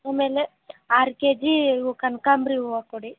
ಆಮೇಲೆ ಆರು K G ಇವು ಕನಕಾಂಬ್ರ ಹೂವು ಕೊಡಿ